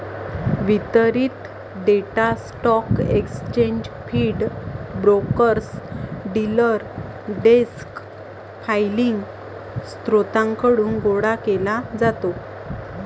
वितरित data stock exchange feed, brokers, dealer desk filing स्त्रोतांकडून गोळा केला जातो